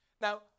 Now